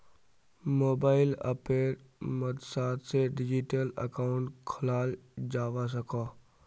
mobile अप्पेर मद्साद से डिजिटल अकाउंट खोलाल जावा सकोह